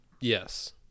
Yes